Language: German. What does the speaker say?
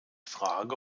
frage